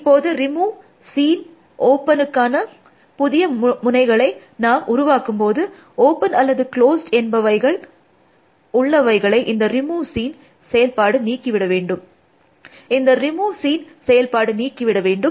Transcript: இப்போது remove seen ஒப்பனுக்கான புதிய முனைகளை நாம் உருவாக்கும்போது ஓப்பன் அல்லது க்ளோஸ்ட் என்பவைகள் பட்டியலில் உள்ளவைகளை இந்த ரிமூவ் சீன் செயல்பாடு நீக்கி விட வேண்டும்